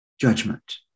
judgment